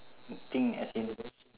thing as in